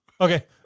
Okay